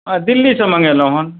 हँ दिल्लीसँ मँगेलहुँ हँ